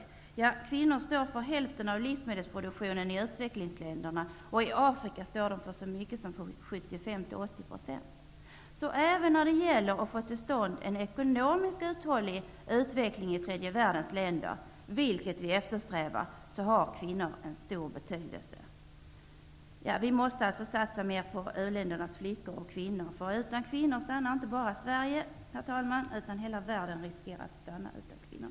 Kvinnor i utvecklingsländerna står för hälften av livsmedelsproduktionen -- i Afrika för så mycket som 75-80 %. Även när det gäller att få till stånd en ekonomiskt uthållig utveckling i tredje världens länder, vilket vi eftersträvar, har kvinnor en stor betydelse. Vi måste alltså satsa mer på utvecklingsländernas kvinnor och flickor. Utan kvinnor stannar inte bara Sverige, herr talman; hela världen riskerar att stanna utan kvinnor.